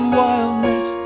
wildness